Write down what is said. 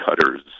cutters